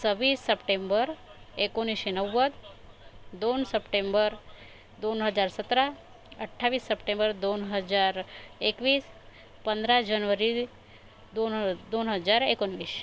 सव्वीस सप्टेंबर एकोणीसशे नव्वद दोन सप्टेंबर दोन हजार सतरा अठ्ठावीस सप्टेंबर दोन हजार एकवीस पंधरा जनवरी दोन दोन हजार एकोणवीस